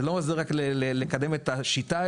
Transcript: ולא רק לקדם את השיטה,